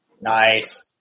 Nice